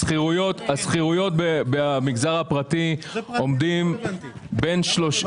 השכירויות במגזר הפרטי עומדים בין --- זה פרטי,